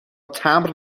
تمبر